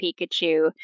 Pikachu